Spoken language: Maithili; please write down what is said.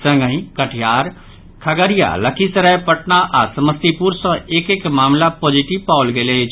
संगहि कटिहार खगड़िया लखीसराय पटना आओर समस्तीपुर सॅ एक एक मामिला पॉजिटिव पाओल गेल अछि